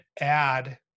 add